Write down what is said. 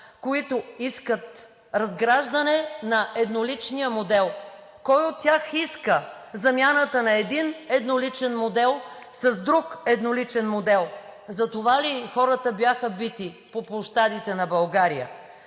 които искат разграждане на едноличния модел? Кой от тях иска замяната на един едноличен модел с друг едноличен модел? Затова ли хората бяха бити по площадите на България?